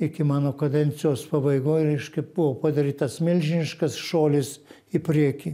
iki mano kadencijos pabaigoj reiškia buvo padarytas milžiniškas šuolis į priekį